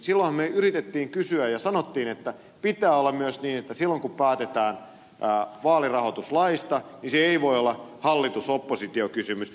silloin yritimme kysyä ja sanoimme että pitää olla myös niin että silloin kun päätetään vaalirahoituslaista se ei voi olla hallitusoppositio kysymys